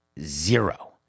Zero